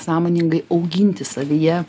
sąmoningai auginti savyje